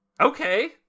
Okay